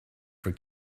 for